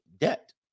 debt